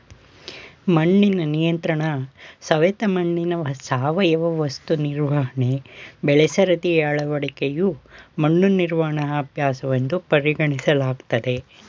ಮಣ್ಣಿನ ನಿಯಂತ್ರಣಸವೆತ ಮಣ್ಣಿನ ಸಾವಯವ ವಸ್ತು ನಿರ್ವಹಣೆ ಬೆಳೆಸರದಿ ಅಳವಡಿಕೆಯು ಮಣ್ಣು ನಿರ್ವಹಣಾ ಅಭ್ಯಾಸವೆಂದು ಪರಿಗಣಿಸಲಾಗ್ತದೆ